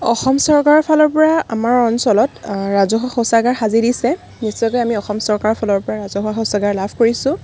অসম চৰকাৰৰ ফালৰ পৰা আমাৰ অঞ্চলত ৰাজহুৱা শৌচাগাৰ সাজি দিছে নিশ্চয়কৈ আমি অসম চৰকাৰৰ ফালৰ পৰা ৰাজহুৱা শৌচাগাৰ লাভ কৰিছোঁ